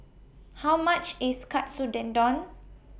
How much IS Katsu Tendon